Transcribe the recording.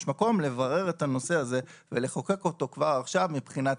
יש מקום לברר את הנושא הזה ולחוקק אותו כבר עכשיו מבחינת